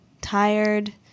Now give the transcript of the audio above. tired